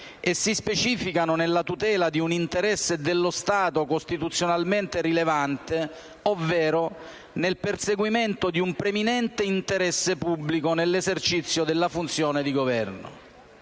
e si specificano nella tutela di un interesse dello Stato costituzionalmente rilevante, ovvero nel perseguimento di un preminente interesse pubblico nell'esercizio della funzione di governo.